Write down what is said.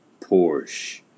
Porsche